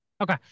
Okay